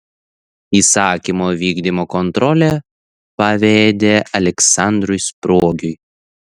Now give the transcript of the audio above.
įsakymo vykdymo kontrolę pavedė aleksandrui spruogiui